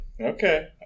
Okay